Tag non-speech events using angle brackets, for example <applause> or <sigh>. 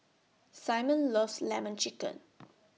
Simon loves Lemon Chicken <noise>